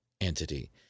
entity